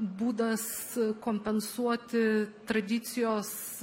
būdas kompensuoti tradicijos